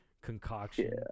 concoction